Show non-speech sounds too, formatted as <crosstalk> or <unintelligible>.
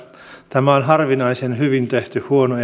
tämä on harvinaisen hyvin tehty huono <unintelligible>